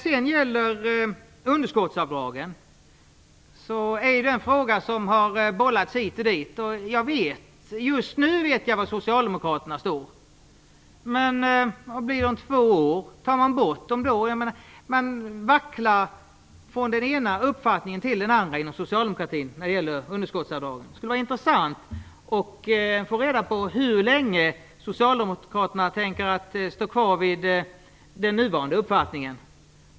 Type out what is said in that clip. Frågan om underskottsavdragen har bollats hit och dit. Just nu vet jag var Socialdemokraterna står, men hur blir det om två år? Tar man bort underskottsavdragen då? Inom socialdemokratin vacklar man från den ena uppfattningen till den andra i denna fråga. Det skulle vara intressant att få reda på hur länge Socialdemokraterna tänker stå kvar vid den nuvarande uppfattningen.